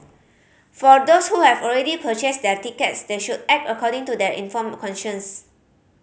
for those who have already purchased their tickets they should act according to their informed conscience